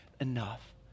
enough